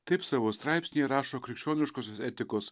taip savo straipsnyje rašo krikščioniškosios etikos